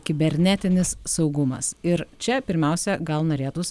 kibernetinis saugumas ir čia pirmiausia gal norėtųsi